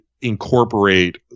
incorporate